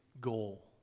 goal